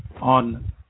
on